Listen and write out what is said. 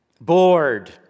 bored